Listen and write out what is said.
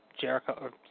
Jericho